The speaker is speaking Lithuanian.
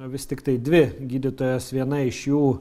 vis tiktai dvi gydytojos viena iš jų